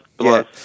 Yes